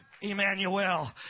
Emmanuel